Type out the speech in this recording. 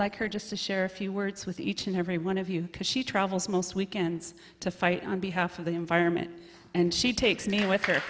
like her just to share a few words with each and every one of you because she travels most weekends to fight on behalf of the environment and she takes me with her